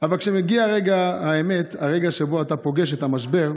אבל כשמגיע רגע האמת, הרגע שבו אתה פוגש את המשבר,